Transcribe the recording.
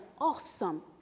awesome